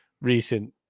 recent